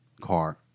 car